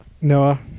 Noah